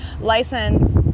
License